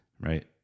Right